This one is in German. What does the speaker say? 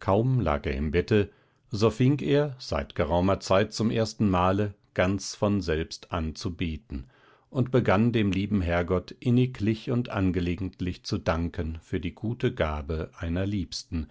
kaum lag er im bette so fing er seit geraumer zeit zum ersten male ganz von selbst an zu beten und begann dem lieben herrgott inniglich und angelegentlich zu danken für die gute gabe einer liebsten